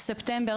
ספטמבר,